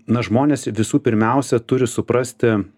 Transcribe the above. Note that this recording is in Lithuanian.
na žmonės visų pirmiausia turi suprasti